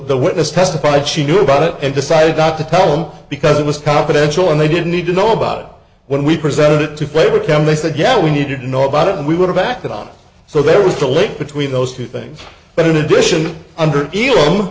the witness testified she knew about it and decided not to tell him because it was confidential and they didn't need to know about when we presented it to play with them they said yeah we needed to know about it and we would have acted on so there was a link between those two things but in addition under